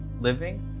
living